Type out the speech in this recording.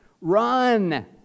run